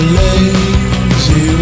lazy